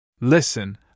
Listen